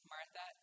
Martha